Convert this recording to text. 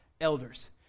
elders